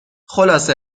خلاصه